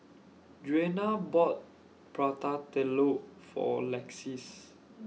Juana bought Prata Telur For Lexis